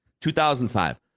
2005